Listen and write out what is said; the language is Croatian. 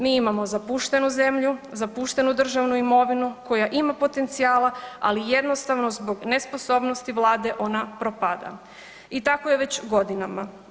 Mi imamo zapuštenu zemlju, zapuštenu državnu imovinu koja ima potencijala, ali jednostavno zbog nesposobnosti Vlade ona propada i tako je već godinama.